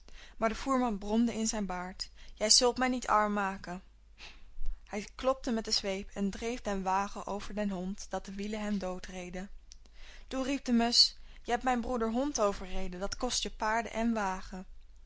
maar de voerman bromde in zijn baard jij zult mij niet arm maken hij klopte met de zweep en dreef den wagen over den hond dat de wielen hem dood reden toen riep de musch je hebt mijn broeder hond overreden dat kost je paarden en wagen